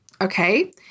okay